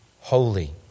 holy